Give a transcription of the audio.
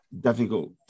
difficult